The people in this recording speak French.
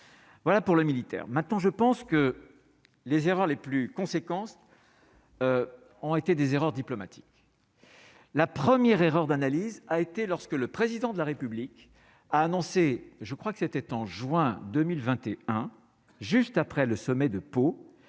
voilà pour les militaires, maintenant je pense que les erreurs les plus conséquences ont été des erreurs diplomatiques, la première erreur d'analyse a été lorsque le président de la République a annoncé, je crois que c'était en juin 2021 juste après le sommet de Pau,